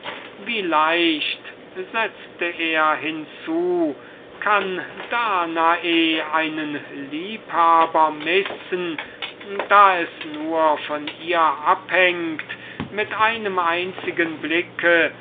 wie leicht setzte er hinzu kann danae einen liebhaber missen da es nur von ihr abhängt mit einem einzigen blicke